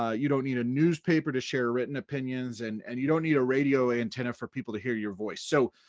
ah you don't need a newspaper to share written opinions, and and you don't need a radio antenna for people to hear your voice. so,